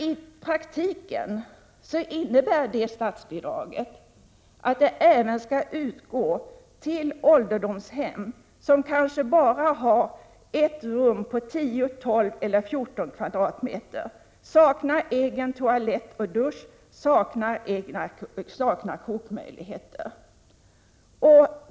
I praktiken innebär detta att statsbidrag även skall utgå till ålderdomshem som kanske bara har ett rum på 10, 12 eller 14 m?, saknar egen toalett, dusch och kokmöjligheter.